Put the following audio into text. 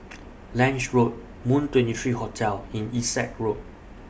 Lange Road Moon twenty three Hotel and Essex Road